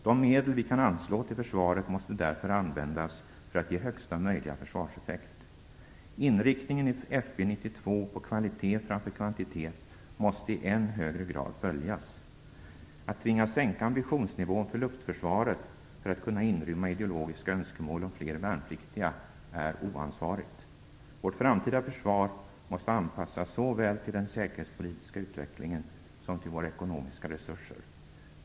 De medel som vi kan anslå till försvaret måste därför användas för att ge högsta möjliga försvarseffekt. Inriktningen i FB 92 på kvalitet framför kvantitet måste i än högre grad följas. Att tvingas sänka ambitionsnivån för luftförsvaret för att kunna inrymma ideologiska önskemål om fler värnpliktiga är oansvarigt. Vårt framtida försvar måste anpassas såväl till den säkerhetspolitiska utvecklingen som till våra ekonomiska resurser.